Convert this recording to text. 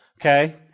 okay